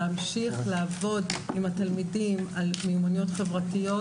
להמשיך לעבוד עם התלמידים על מיומנויות חברתיות,